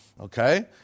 Okay